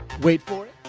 wait for it.